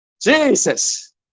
Jesus